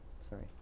Sorry